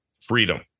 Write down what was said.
freedom